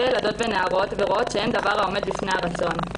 ילדות ונערות ורואות שאין דבר העומד בפני הרצון.